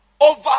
Over